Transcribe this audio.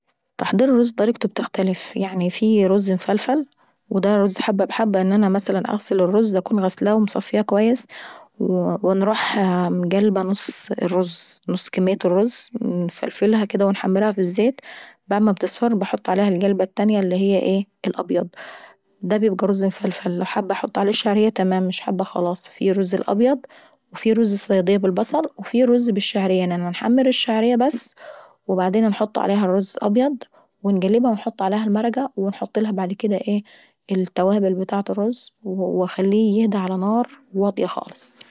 تحضير الرز طريقته بتختلف في رز مفلف ودا رز حبة بحبة ان انا مثلا نغسل الرز ونكون مصفياه اكويس ونروح مقلبة نص كمية الرز نفنلنفها كدا ونحمرها ف الزيت وبعد ما تثفر نحط القلبة التانية اللي هي أي الأبيض دا بيبقى رز مفلفل لو حابة نحط عليه شعرية تماما لو مش حابة خلاص، وفي رز الابيض وفي رز صيادية بالبصل وفي رز بالشعرية ان انا نقلب الشعرية بس وبعدين نحط عليها الرز ابيض، ونقلبها ونحط عليها المرقة ونحط عليها ايه التوابل ابتاعة الرز ونخليه يهدى على نار واطية خالص.